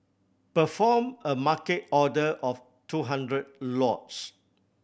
perform a Market order of two hundred lots